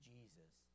Jesus